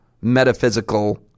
metaphysical